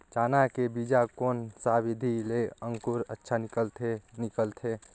चाना के बीजा कोन सा विधि ले अंकुर अच्छा निकलथे निकलथे